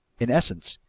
in essence,